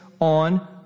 on